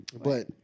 But-